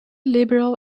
liberal